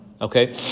Okay